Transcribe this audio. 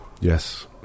Yes